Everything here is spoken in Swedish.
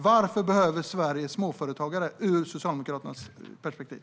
Varför behöver Sverige småföretagare från Socialdemokraternas perspektiv?